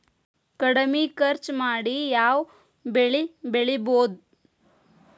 ಕಡಮಿ ಖರ್ಚ ಮಾಡಿ ಯಾವ್ ಬೆಳಿ ಬೆಳಿಬೋದ್?